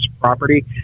property